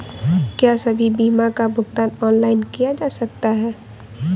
क्या सभी बीमा का भुगतान ऑनलाइन किया जा सकता है?